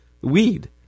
weed